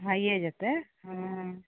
भैये जेतै हँ